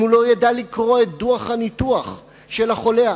אם הוא לא ידע לקרוא את דוח הניתוח של החולה,